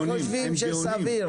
מה אתם חושבים שסביר?